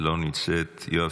לא נמצאת, יואב